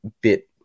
bit